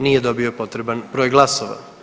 Nije dobio potreban broj glasova.